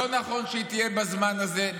לא נכון שהיא תהיה בזמן הזה.